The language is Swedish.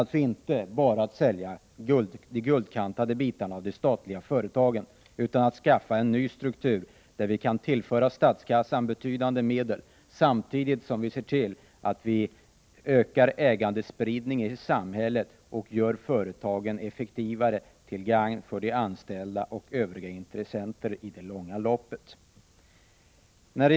Det är inte fråga om att sälja de guldkantade bitarna av de statliga företagen, utan det gäller att skapa en ny struktur, där vi kan tillföra statskassan betydande medel, samtidigt som vi ser till att vi ökar ägandespridningen i samhället och gör företagen effektivare till gagn för de anställda och Övriga intressenter i det långa loppet.